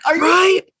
Right